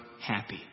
happy